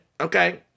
okay